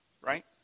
Right